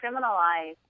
criminalized